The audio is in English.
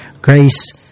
Grace